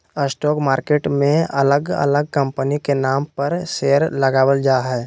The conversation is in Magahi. स्टॉक मार्केट मे अलग अलग कंपनी के नाम पर शेयर लगावल जा हय